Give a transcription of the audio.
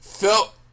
felt